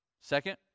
Second